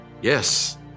Yes